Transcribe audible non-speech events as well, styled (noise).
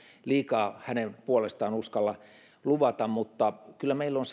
liikaa hänen puolestaan uskalla luvata mutta kyllä meillä on (unintelligible)